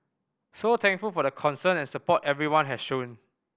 so thankful for the concern and support everyone has shown